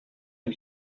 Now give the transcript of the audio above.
den